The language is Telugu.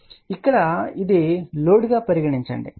కాబట్టి ఇక్కడ ఇది లోడ్ గా పరిగణించండి